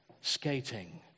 skating